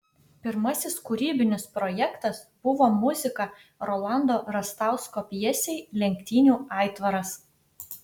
pirmasis kūrybinis projektas buvo muzika rolando rastausko pjesei lenktynių aitvaras